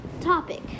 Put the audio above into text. topic